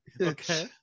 okay